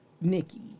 Nikki